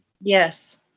Yes